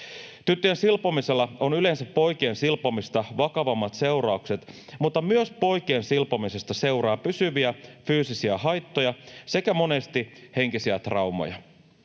Tyttöjen silpomisella on yleensä poikien silpomista vakavammat seuraukset, mutta myös poikien silpomisesta seuraa pysyviä fyysisiä haittoja sekä monesti henkisiä traumoja.